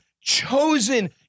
chosen